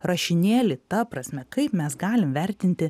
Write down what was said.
rašinėlį ta prasme kaip mes galim vertinti